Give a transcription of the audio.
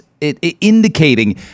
indicating